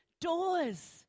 doors